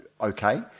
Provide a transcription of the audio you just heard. okay